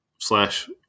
Slash